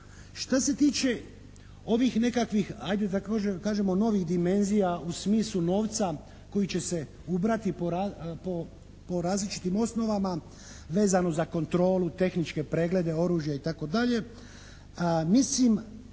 Što se tiče ovih nekakvih ajde da kažemo novih dimenzija u smislu novca koji će se ubrati po različitim osnovama vezano za kontrolu, tehničke preglede oružja i tako dalje